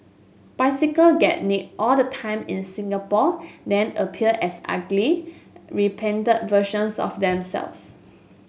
bicycle get nicked all the time in Singapore then appear as ugly repainted versions of themselves